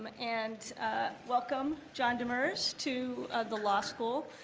and welcome, john demers, to the law school.